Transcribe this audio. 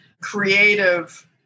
creative